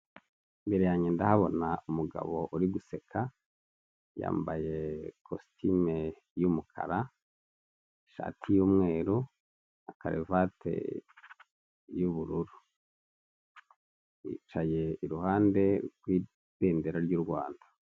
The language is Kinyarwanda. Imbere yanjye ndahabona umugabo uri guseka yambaye ikositimu yumukara ishati y'umweru na karuvati y'ubururu yicaye iruhande rw'ibendera ry'u rwanda.